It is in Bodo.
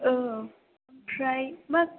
औ ओमफ्राय मा